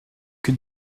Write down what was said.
que